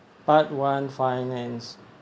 part one finance